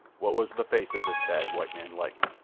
what was the face of this bad white man like?